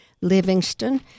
livingston